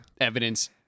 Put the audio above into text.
evidence